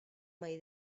mai